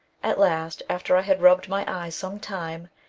at last, after i had rubbed my eyes some time,